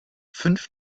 fünf